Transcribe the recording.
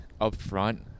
upfront